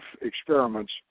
experiments